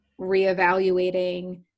reevaluating